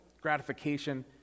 gratification